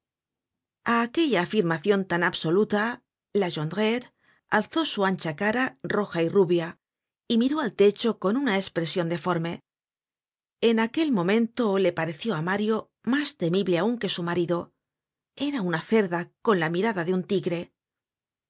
aquella afirmacion tan absoluta la jondrette alzó su ancha cara roja y rubia y miró al techo con una espresion deforme en aquel momento le pareció á mario mas temible aun que su marido era una cerda con la mirada de una tigre